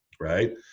Right